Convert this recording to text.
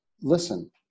listen